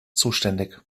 zuständig